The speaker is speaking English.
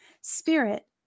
spirit